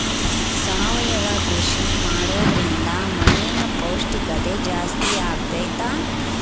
ಸಾವಯವ ಕೃಷಿ ಮಾಡೋದ್ರಿಂದ ಮಣ್ಣಿನ ಪೌಷ್ಠಿಕತೆ ಜಾಸ್ತಿ ಆಗ್ತೈತಾ?